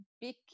big